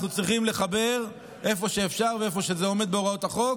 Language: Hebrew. אנחנו צריכים לחבר איפה שאפשר ואיפה שזה עומד בהוראות החוק,